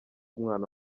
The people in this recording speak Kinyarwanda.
umwana